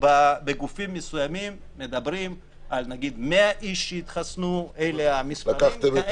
בגופים מסוימים מדברים על 100 איש שהתחסנו אלה המספרים.